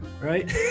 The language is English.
right